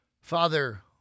Father